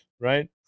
Right